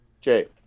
Jay